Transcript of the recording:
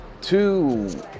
two